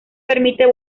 permite